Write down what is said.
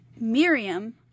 Miriam